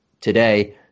today